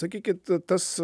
sakykit tas